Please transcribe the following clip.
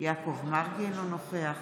יעקב מרגי, אינו נוכח